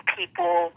people